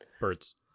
Birds